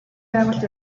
байгуулж